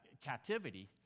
captivity